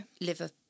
liver